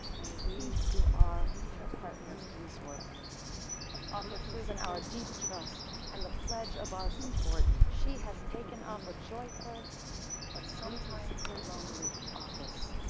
may we, who are her partners in this work offer name. and our deep trust and the pledge of our support. she has taken up a joyful but sometimes lonely office.